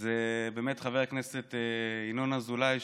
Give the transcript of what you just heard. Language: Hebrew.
זה חבר הכנסת ינון אזולאי,